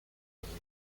league